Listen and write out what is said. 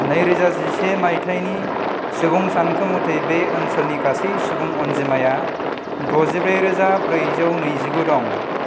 नैरोजा जिसे मायथाइनि सुबुं सानखो मथै बे ओनसोलनि गासै सुबुं अनजिमाया द'जिब्रै रोजा ब्रैजौ नैजिगु दं